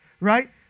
right